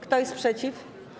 Kto jest przeciw?